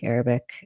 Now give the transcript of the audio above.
Arabic